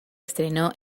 estrenó